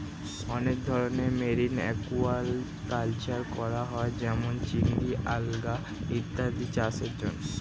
অনেক ধরনের marine aquaculture করা হয় যেমন চিংড়ি, আলগা ইত্যাদি চাষের জন্যে